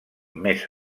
més